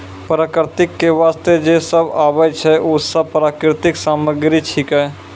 प्रकृति क वास्ते जे सब आबै छै, उ सब प्राकृतिक सामग्री छिकै